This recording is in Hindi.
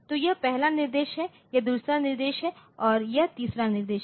तो यह पहला निर्देश है यह दूसरा निर्देश है यह तीसरा निर्देश है